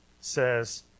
says